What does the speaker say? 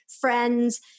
friends